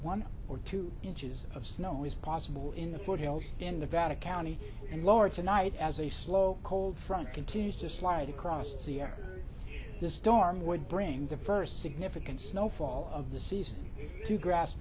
one or two inches of snow is possible in the foothills in the vatican county and lower tonight as a slow cold front continues just slide across the air the storm would bring the first significant snowfall of the season to grasp